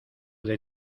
del